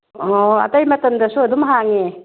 ꯑꯣ ꯑꯩꯇꯩ ꯃꯇꯝꯗꯁꯨ ꯑꯗꯨꯝ ꯍꯥꯡꯏ